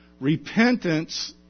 Repentance